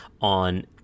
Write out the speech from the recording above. on